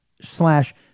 slash